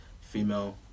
female